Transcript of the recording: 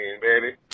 baby